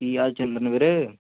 ਕੀ ਹਾਲ ਚੰਦਨ ਵੀਰ